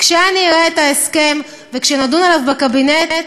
כשאראה את ההסכם וכשנדון עליו בקבינט,